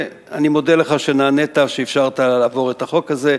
ואני מודה לך שנענית, שאפשרת להעביר את החוק הזה.